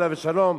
עליו השלום,